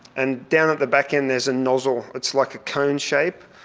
and down at the backend there is a nozzle, it's like a cone shape.